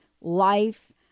life